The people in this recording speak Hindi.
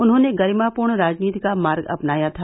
उन्होंने गरिमापूर्ण राजनीति का मार्ग अपनाया था